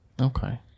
okay